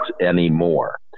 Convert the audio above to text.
anymore